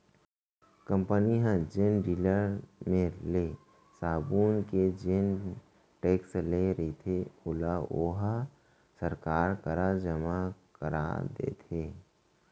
company ह जेन dealer मेर ले साबून के जेन टेक्स ले रहिथे ओला ओहा सरकार करा जमा करा देथे